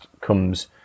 comes